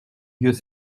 vieux